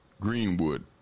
Greenwood